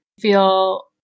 feel